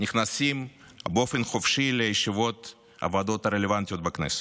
נכנסים באופן חופשי לישיבות הוועדות הרלוונטיות בכנסת.